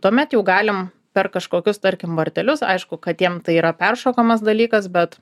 tuomet jau galim per kažkokius tarkim vartelius aišku katėm tai yra peršokamas dalykas bet